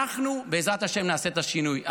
אנחנו, בעזרת השם, נעשה את השינוי.